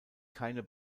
keine